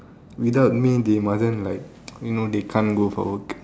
without me they mustn't like you know they can't go for work